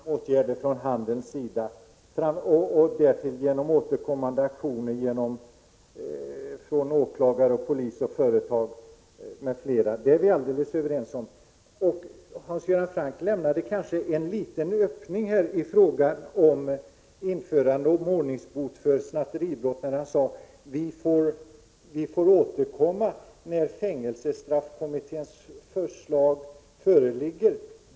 Herr talman! Till Hans Göran Franck vill jag säga att vi är överens om att snatterierna skall bekämpas genom framför allt åtgärder från handelns sida och dessutom genom återkommande aktioner från åklagare, polis, företag m.fl. Hans Göran Franck lämnade kanske en liten öppning i fråga om införandet av ordningsbot för snatteribrott när han sade att det blir aktuellt för kammaren att ta ställning när fängelsestraffkommitténs förslag föreligger.